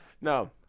no